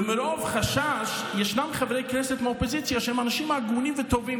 ומרוב חשש ישנם חברי כנסת מהאופוזיציה שהם אנשים הגונים וטובים,